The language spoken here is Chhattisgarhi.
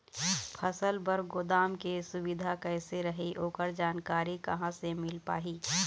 फसल बर गोदाम के सुविधा कैसे रही ओकर जानकारी कहा से मिल पाही?